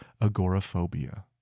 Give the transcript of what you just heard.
agoraphobia